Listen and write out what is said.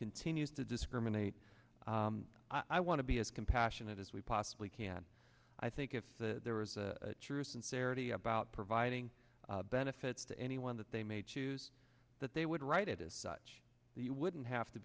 continues to discriminate i want to be as compassionate as we possibly can i think if the there was a true sincerity about providing benefits to anyone that they may choose that they would write it as such that you wouldn't have to